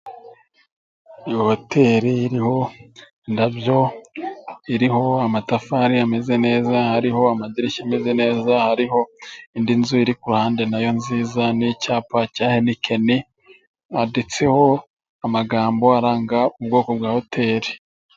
Iyo hoteri iriho indabyo, iriho amatafari ameze neza n' amadirishya ameze neza. Hari indi nzu iri ku ruhande nayo nziza n' icyapa cya Henikeni cyanditseho amagambo aranga ubwoko bwa hoteri.